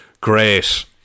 Great